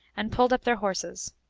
and pulled up their horses.